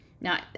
Now